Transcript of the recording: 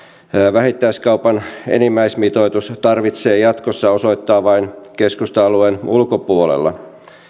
vähittäiskaupan enimmäismitoitus tarvitsee jatkossa osoittaa vain keskusta alueen ulkopuolella